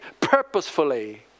purposefully